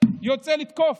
יוצא לתקוף.